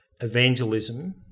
evangelism